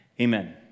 Amen